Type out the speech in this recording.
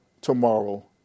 tomorrow